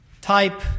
type